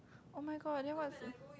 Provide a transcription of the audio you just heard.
oh-my-god then what is the